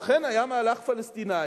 ואכן היה מהלך פלסטיני